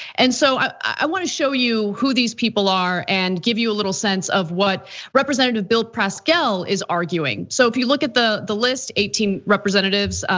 and so i wanna show you who these people are and give you a little sense of what representative bill pascrell is arguing. so if you look at the the list, eighteen representatives,